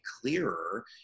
clearer